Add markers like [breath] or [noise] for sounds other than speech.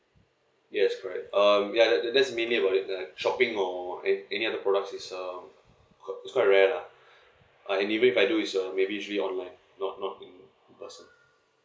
yes correct um ya that's mean it about it that shopping or any other products is um it's quite rare lah [breath] any way I do is uh maybe usually online not not in person